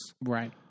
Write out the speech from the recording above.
Right